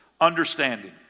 understanding